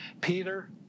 Peter